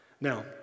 Now